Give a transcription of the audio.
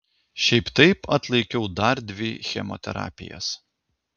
šiaip taip atlaikiau dar dvi chemoterapijas